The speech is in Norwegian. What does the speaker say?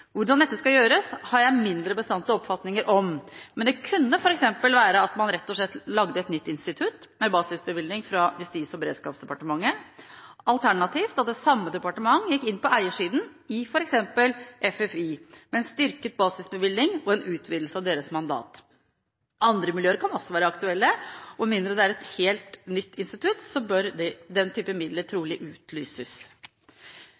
Hvordan dette skal gjøres, har jeg mindre bastante oppfatninger om. Det kunne f.eks. være at man rett og slett laget et nytt institutt med basisbevilgning fra Justis- og beredskapsdepartementet, alternativt at det samme departementet gikk inn på eiersiden i f.eks. FFI, med en styrket basisbevilgning og en utvidelse av deres mandat. Andre miljøer kan også være aktuelle. Med mindre det er et helt nytt institutt, bør den type midler